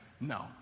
No